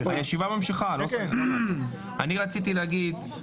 אם צריך, אני אבקש